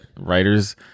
writer's